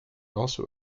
also